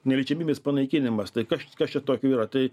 neliečiamybės panaikinimas tai kas čia tokio yra tai